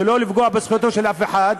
שלא לפגוע בזכותו של אף אחד,